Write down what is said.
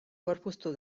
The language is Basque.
gorpuztu